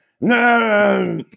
no